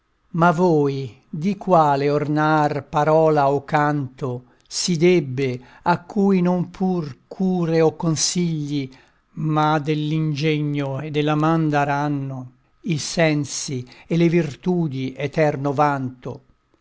ma voi di quale ornar parola o canto si debbe a cui non pur cure o consigli ma dell'ingegno e della man daranno i sensi e le virtudi eterno vanto